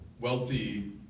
wealthy